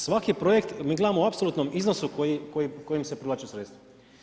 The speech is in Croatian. Svaki projekt, mi gledamo u apsolutnom iznosu kojim se privlače sredstva.